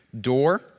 door